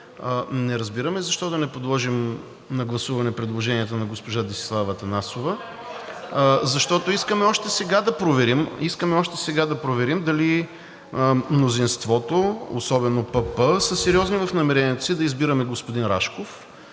не разбираме защо да не подложим на гласуване предложението на госпожа Десислава Атанасова, защото искаме още сега да проверим дали мнозинството, особено ПП, са сериозни в намеренията си да избираме господин Рашков.